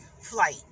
flight